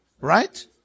right